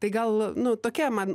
tai gal nu tokia man